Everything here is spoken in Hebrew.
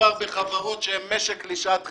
מדובר בחברות שהן משק לשעת חירום.